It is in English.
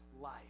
life